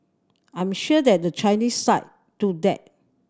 I am sure that the Chinese side do that